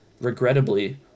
Regrettably